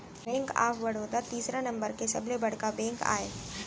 bank of Baroda तीसरा number के सबले बड़का बेंक आय